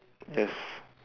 yes